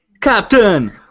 Captain